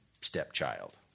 stepchild